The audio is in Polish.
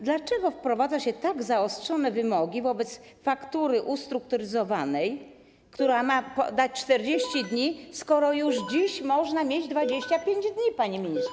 Dlaczego wprowadza się tak zaostrzone wymogi wobec faktury ustrukturyzowanej, która ma dać 40 dni, skoro już dziś można mieć 25 dni, panie ministrze?